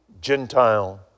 Gentile